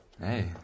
Hey